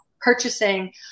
purchasing